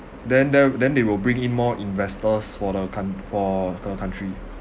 then there then they will bring in more investors for the coun~ for the country